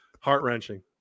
heart-wrenching